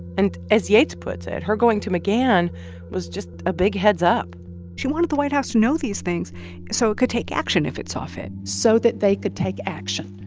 and as yates puts it, her going to mcgahn was just a big heads up she wanted the white house to know these things so it could take action if it saw fit so that they could take action,